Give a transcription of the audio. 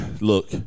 look